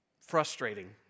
frustrating